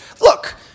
look